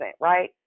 right